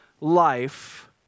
life